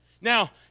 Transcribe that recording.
Now